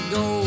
go